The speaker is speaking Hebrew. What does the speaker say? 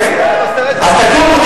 אז תקומו,